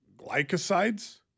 glycosides